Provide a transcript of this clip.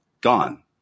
gone